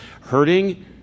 hurting